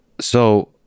So-